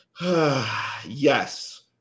yes